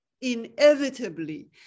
inevitably